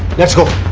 let's go!